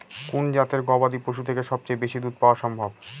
কোন জাতের গবাদী পশু থেকে সবচেয়ে বেশি দুধ পাওয়া সম্ভব?